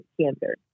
cancer